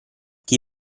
chi